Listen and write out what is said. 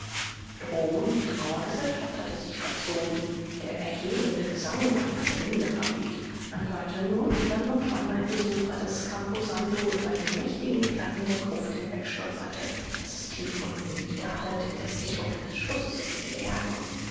droben die trauergesellschaft hatte sich verzogen der erhebende gesang war in alle winde verweht man hörte nur wie dann und wann ein besucher des camposanto über die mächtigen platten der gruft hinwegstolperte daß es tief unten widerhallte wie das echo eines schusses in den bergen